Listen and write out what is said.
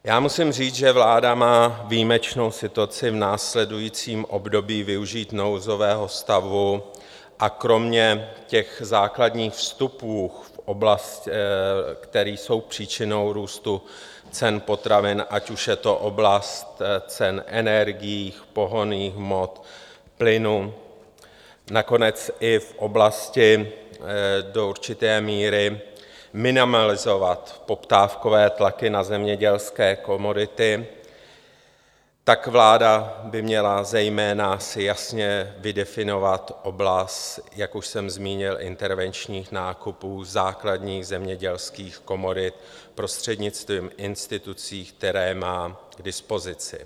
Já musím říct, že vláda má výjimečnou situaci v následujícím období využít nouzového stavu a kromě těch základních vstupů, které jsou příčinou růstu cen potravin, ať už je to oblast cen energií, pohonných hmot, plynu, nakonec i v oblasti do určité míry minimalizovat poptávkové tlaky na zemědělské komodity, tak vláda by měla zejména jasně vydefinovat oblast, jak už jsem zmínil, intervenčních nákupů základních zemědělských komodit prostřednictvím institucí, které má k dispozici.